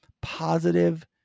positive